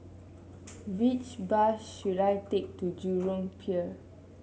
which bus should I take to Jurong Pier